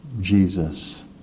Jesus